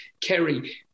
Kerry